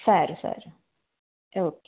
સારું સારું ઓકે